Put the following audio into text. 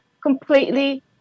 completely